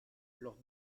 los